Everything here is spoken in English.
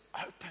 open